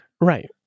right